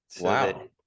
Wow